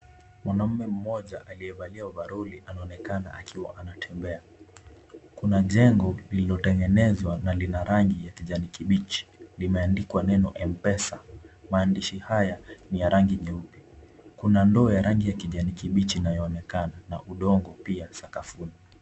Mwanaume mmoja alivalia overoli anaonekana akiwa anatembea, kuna jengo lililotengenezwa na lina rangi ya kijani kibichi limeandikwa neno mpesa, mahadishi haya ni ya rangi nyeupe, kuna ndoo ya rangi ya kijani kibichi inaonekana na udongo pia sakafuni.